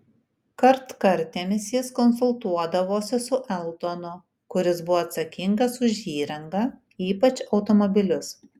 kartkartėmis jis konsultuodavosi su eltonu kuris buvo atsakingas už įrangą ypač automobilius